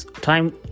time